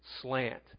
slant